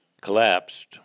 collapsed